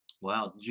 Wow